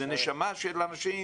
זה נשמה של אנשים,